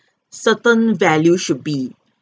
certain value should be